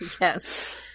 Yes